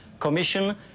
Commission